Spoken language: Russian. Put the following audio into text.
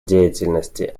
деятельности